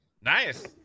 nice